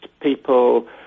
people